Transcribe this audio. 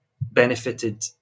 benefited